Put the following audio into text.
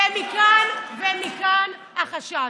ומכאן החשש.